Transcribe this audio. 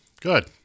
good